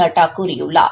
நட்டா கூறியுள்ளார்